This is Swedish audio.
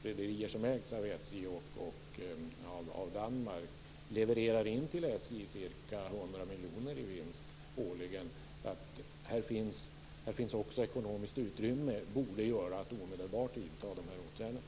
Rederier som ägs av SJ och av Danmark levererar ca 100 miljoner i vinst till SJ årligen, så här borde också finnas ekonomiskt utrymme för att omedelbart vidta dessa åtgärder.